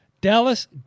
Dallas